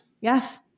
Yes